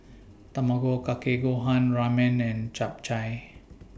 Tamago Kake Gohan Ramen and Japchae